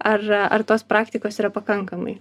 ar ar tos praktikos yra pakankamai